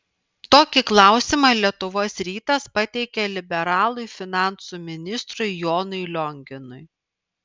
tokį klausimą lietuvos rytas pateikė liberalui finansų ministrui jonui lionginui